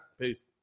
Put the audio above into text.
Peace